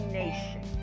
nation